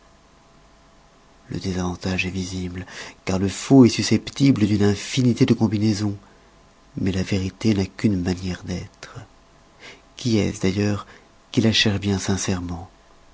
le désavantage est visible car le faux est susceptible d'une infinité de combinaisons mais la vérité n'a qu'une manière d'être qui est-ce d'ailleurs qui la cherche bien sincèrement